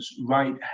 right